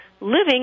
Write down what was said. living